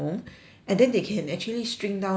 and then they can actually string down the